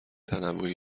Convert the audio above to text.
تنوعی